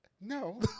No